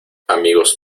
amigos